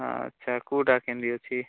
ଆଚ୍ଛା କେଉଁଟା କେମିତି ଅଛି